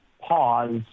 pause